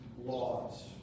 laws